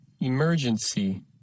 emergency